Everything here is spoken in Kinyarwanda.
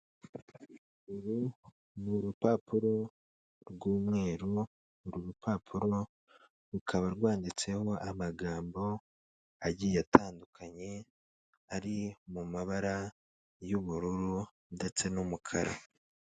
Uru n'urupapuro rw'umweru, uru rupapuro rukaba rwanditseho amagambo agiye atandukanye ari mu mabara y'ubururu ndetse n'umukara.